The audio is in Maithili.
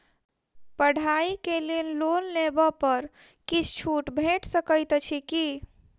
पढ़ाई केँ लेल लोन लेबऽ पर किछ छुट भैट सकैत अछि की?